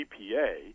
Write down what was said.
EPA